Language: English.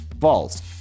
false